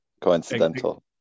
coincidental